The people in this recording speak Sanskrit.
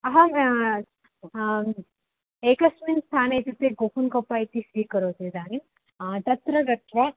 अहम् एकस्मिन् स्थाने इत्युक्ते गुफुन्कप्पा इति स्वीकरोतु इदानीं तत्र गत्वा